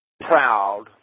proud